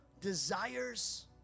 desires